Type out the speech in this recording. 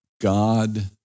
God